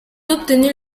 obtenue